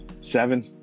Seven